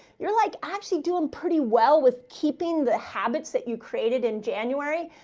you're like actually doing pretty well with keeping the habits that you created in january,